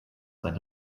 sein